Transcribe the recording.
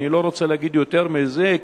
אני לא רוצה להגיד יותר מזה,